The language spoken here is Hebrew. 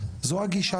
זו הגישה